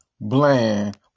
bland